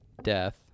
death